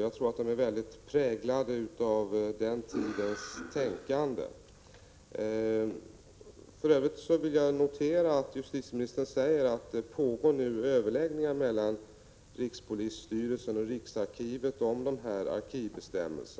Jag tror att de bestämmelserna i hög grad är präglade av den tidens tänkande. I övrigt vill jag notera att justitieministern säger att det nu pågår överläggningar mellan rikspolisstyrelsen och riksarkivet om dessa arkivbestämmelser.